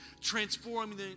transforming